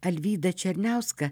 alvydą černiauską